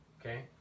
okay